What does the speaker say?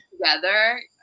together